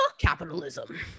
capitalism